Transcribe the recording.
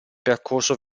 percorso